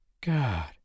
God